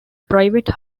private